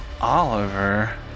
Oliver